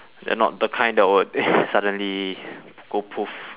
they're not the kind that would suddenly go poof